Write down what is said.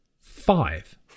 Five